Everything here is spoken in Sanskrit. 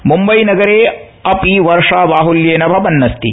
मुंबई नगरे अपि वर्षा बाहल्येन भवन्नस्ति